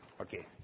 Okay